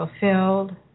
fulfilled